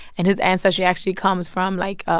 and his ancestry actually comes from, like, ah